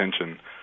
attention